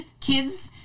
Kids